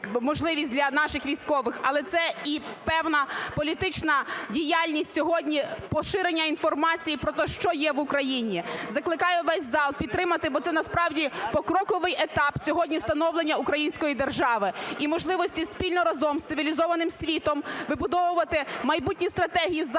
можливість для наших військових, але це і певна політична діяльність сьогодні, поширення інформації про те, що є в Україні. Закликаю весь зал підтримати, бо це насправді покроковий етап сьогодні становлення української держави і можливості спільно разом з цивільним світом вибудовувати майбутні стратегії захисту